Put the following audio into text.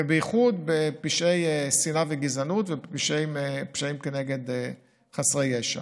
ובייחוד בפשעי שנאה וגזענות ופשעים כנגד חסרי ישע.